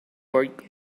work